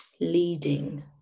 Leading